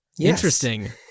Interesting